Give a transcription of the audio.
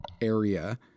area